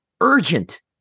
urgent